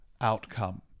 outcome